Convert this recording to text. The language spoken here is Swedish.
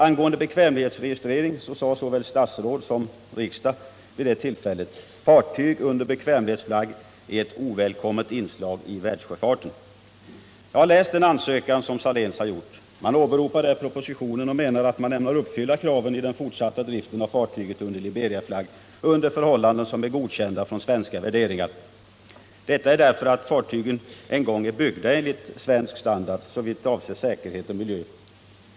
Angående bekvämlighetsregistrering uttalade såväl statsrådet som riksdagen vid det tillfället: Fartyg under bekvämlighetsflagg är ett ovälkommet inslag i världssjöfarten. Jag har läst Saléns ansökan. Man åberopar där propositionen och menar att man ämnar uppfylla kraven i den fortsatta driften av fartygen under Liberiaflagg på ett sätt som är godkänt enligt svenska värderingar, därför att fartygen en gång är byggda enligt svensk standard såvitt avser säkerhet och miljö.